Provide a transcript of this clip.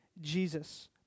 Jesus